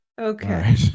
okay